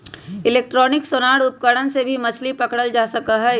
electronic sonar उपकरण से भी मछली पकड़ल जा सका हई